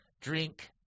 drink